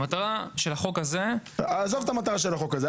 המטרה של החוק הזה --- עזוב את המטרה של החוק הזה.